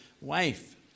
wife